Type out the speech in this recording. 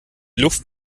luft